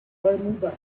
bermuda